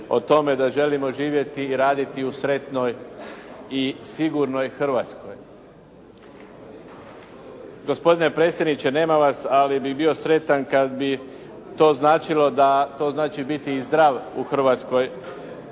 o tome da želimo živjeti i raditi u sretnoj i sigurnoj Hrvatskoj. Gospodine predsjedniče nema vas, ali bih bio sretan kad bi to značilo da to znači i biti zdrav u Hrvatskoj,